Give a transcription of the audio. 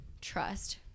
trust